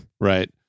Right